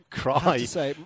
cry